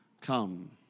come